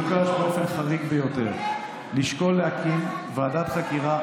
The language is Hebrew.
מבוקש באופן חריג ביותר לשקול להקים ועדת חקירה,